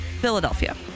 Philadelphia